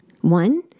One